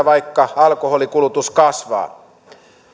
vaikka alkoholinkulutus kasvaa